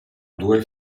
due